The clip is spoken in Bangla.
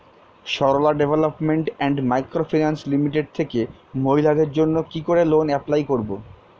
Sarala development and micro finance limited থেকে মহিলাদের জন্য কি করে লোন এপ্লাই করব?